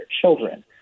children